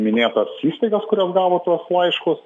minėtas įstaigas kurios gavo tuos laiškus